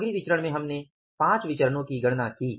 सामग्री विचरण में हमने 5 विचरणो की गणना की